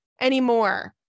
anymore